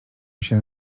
się